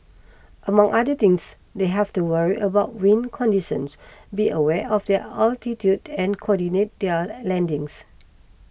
among other things they have to worry about wind conditions be aware of their altitude and coordinate their landings